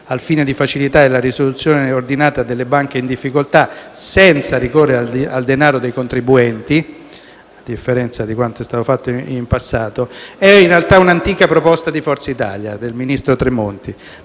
al fine di facilitare la risoluzione ordinata delle banche in difficoltà senza ricorrere al denaro dei contribuenti, a differenza di quanto è stato fatto in passato, è in realtà un'antica proposta di Forza Italia del ministro Tremonti.